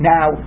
Now